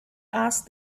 asked